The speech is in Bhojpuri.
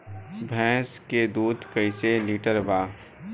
भैंस के दूध कईसे लीटर बा?